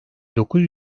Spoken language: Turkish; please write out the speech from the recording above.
dokuz